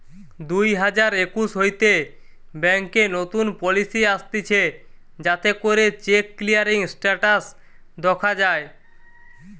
দুই হাজার একুশ হইতে ব্যাংকে নতুন পলিসি আসতিছে যাতে করে চেক ক্লিয়ারিং স্টেটাস দখা যায়